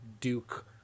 duke